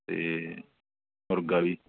ਅਤੇ ਮੁਰਗਾ ਵੀ